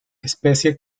especie